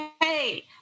hey